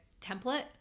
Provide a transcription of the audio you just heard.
template